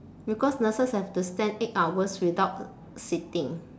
because nurses have to stand eight hours without sitting